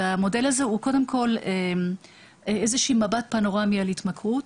המודל הזה הוא קודם כל איזשהו מבט פנורמי על התמכרות,